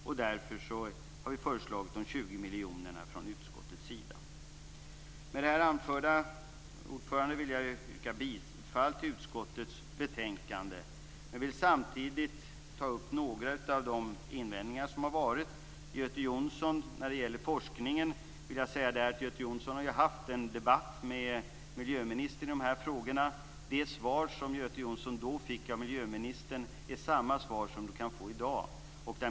Därför har vi från utskottets sida föreslagit att vi skall statsa 20 miljoner. Med det anförda vill jag, fru talman, yrka bifall till hemställan i utskottets betänkande. Jag vill samtidigt ta upp några av de invändningar som har gjorts. När det gäller forskningen vill jag säga att Göte Jonsson har haft en debatt med miljöministern i dessa frågor. Det svar som Göte Jonsson då fick av miljöministern är samma svar som han kan få i dag.